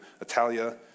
Italia